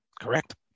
correct